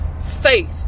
faith